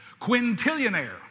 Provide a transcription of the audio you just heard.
quintillionaire